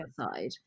outside